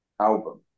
album